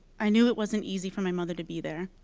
i knew it wasn't easy for my mother to be there.